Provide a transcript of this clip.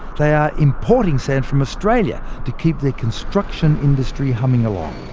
they are importing sand from australia, to keep their construction industry humming along.